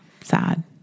Sad